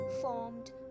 formed